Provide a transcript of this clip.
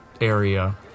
area